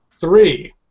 three